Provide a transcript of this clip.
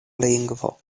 lingvo